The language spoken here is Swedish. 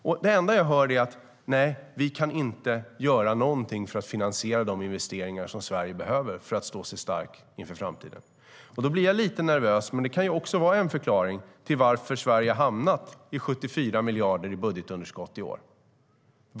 Det enda som jag hör är: Nej, vi kan inte göra någonting för att finansiera de investeringar som Sverige behöver för att stå starkt inför framtiden. Då blir jag lite nervös. Men det kan också vara en förklaring till att Sverige har hamnat i en situation med 74 miljarder i budgetunderskott i år.